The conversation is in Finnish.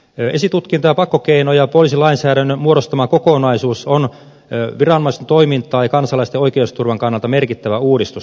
esitutkinta pakkokeino ja poliisilainsäädännön muodostama kokonaisuus on viranomaisten toiminnan ja kansalaisten oikeusturvan kannalta merkittävä uudistus